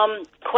Question